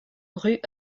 rue